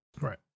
Right